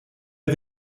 are